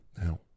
Now